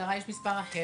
למשטרה יש מספר אחר